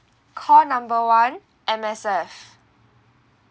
call number one M_S_F